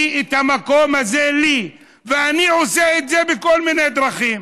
כי המקום הזה לי, ואני עושה את זה בכל מיני דרכים.